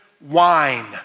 wine